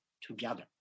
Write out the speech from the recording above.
together